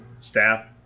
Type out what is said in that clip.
staff